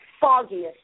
foggiest